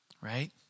right